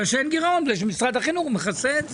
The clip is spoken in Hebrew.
בגלל שאין גירעון, בגלל שמשרד החינוך מכסה את זה.